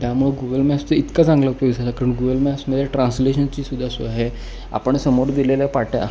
त्यामुळ गुगल मॅप्सं इतकं चांगलं उप्योग झाला कारण गुगल मॅपसमध्ये ट्रान्सलेशची सुद्धा सोय आहे आपण समोर दिलेल्या पाट्या